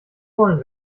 wollen